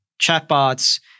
chatbots